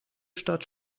stadt